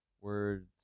words